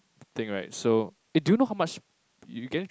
thing right so eh do you know how much you getting is it